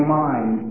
mind